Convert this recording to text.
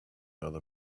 other